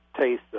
taste